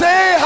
Say